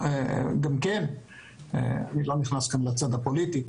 אני אומר זאת בלי להיכנס לצד הפוליטי.